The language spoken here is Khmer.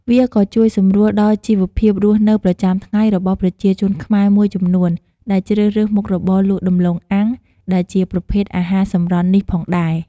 វាក៏ជួយសម្រួលដល់ជីវភាពរស់នៅប្រចាំថ្ងៃរបស់ប្រជាជនខ្មែរមួយចំនួនដែលជ្រើសរើសមុខរបរលក់ដំឡូងអាំងដែលជាប្រភេទអាហារសម្រន់នេះផងដែរ។